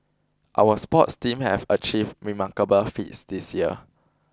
our sports team have achieved remarkable feats this year